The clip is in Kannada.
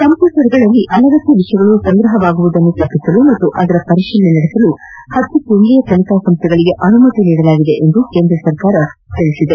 ಕಂಪ್ಯೂಟರ್ಗಳಲ್ಲಿ ಅನಗತ್ಯ ವಿಷಯಗಳು ಸಂಗ್ರಹವಾಗುವುದನ್ನು ತಡೆಗಟ್ಟಲು ಹಾಗೂ ಅದರ ಪರಿಶೀಲನೆ ನಡೆಸಲು ಹತ್ತು ಕೇಂದ್ರೀಯ ತನಿಖಾ ಸಂಸ್ನೆಗಳಿಗೆ ಅನುಮತಿ ನೀಡಲಾಗಿದೆ ಎಂದು ಕೇಂದ್ರ ಸರಕಾರ ತಿಳಿಸಿದೆ